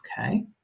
okay